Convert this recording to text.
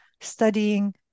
studying